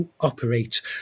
operate